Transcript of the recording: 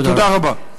תודה רבה.